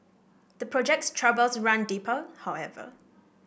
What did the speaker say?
the project's troubles run deeper however